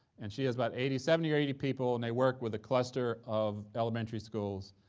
and she has about eighty seventy or eighty people, and they work with a cluster of elementary schools,